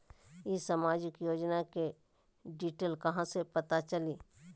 ई सामाजिक योजना के डिटेल कहा से पता चली?